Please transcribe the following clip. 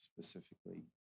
specifically